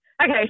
Okay